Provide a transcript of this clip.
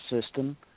system